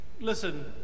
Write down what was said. Listen